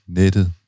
nettet